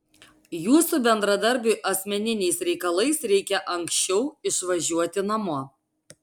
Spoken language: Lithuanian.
jūsų bendradarbiui asmeniniais reikalais reikia anksčiau išvažiuoti namo